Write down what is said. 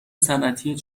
صنعتی